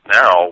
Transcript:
now